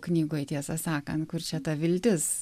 knygoj tiesą sakant kur čia ta viltis